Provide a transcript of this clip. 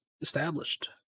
established